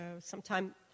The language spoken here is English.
sometime